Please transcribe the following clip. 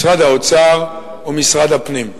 משרד האוצר ומשרד הפנים.